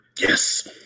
Yes